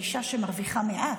זאת אישה שמרוויחה מעט,